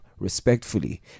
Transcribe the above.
respectfully